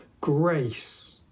grace